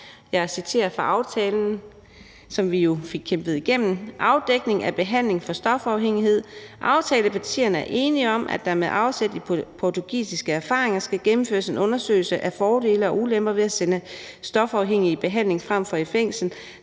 jeg citerer fra aftalen, som vi jo fik kæmpet igennem: »Afdækning af behandling for stofafhængighed: Aftalepartierne er enige om, at der med afsæt i portugisiske erfaringer skal gennemføres en undersøgelse af fordele og ulemper ved at sende stofafhængige i behandling fremfor i fængsel.